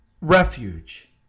refuge